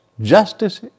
Justice